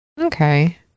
Okay